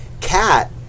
Cat